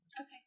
okay